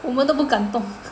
我们都不敢动